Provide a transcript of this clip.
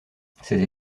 ces